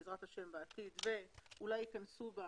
בעזרת השם בעתיד - ואולי ייכנסו בה